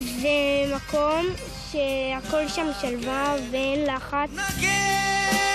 זה מקום שהכל שם שלווה ואין לחץ